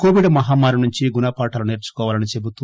Covid మహమ్మారి నుంచి గుణపాఠాలు సేర్చుకోవాలని చెబుతూ